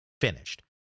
finished